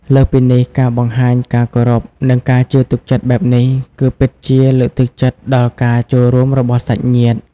លើសពីនេះ ការបង្ហាញការគោរព និងការជឿទុកចិត្តបែបនេះ គឺពិតជា លើកទឹកចិត្តដល់ការចូលរួម របស់សាច់ញាតិ។